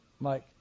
Mike